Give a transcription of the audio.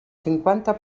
cinquanta